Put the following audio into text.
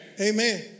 Amen